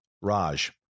Raj